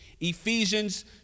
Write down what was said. Ephesians